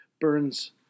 burns